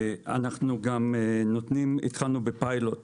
התחלנו בפיילוט